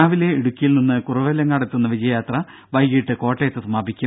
രാവിലെ ഇടുക്കിയിൽ നിന്നും കുറവിലങ്ങാടെത്തുന്ന വിജയയാത്ര വൈകീട്ട് കോട്ടയത്ത് സമാപിക്കും